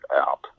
out